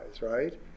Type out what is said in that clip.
right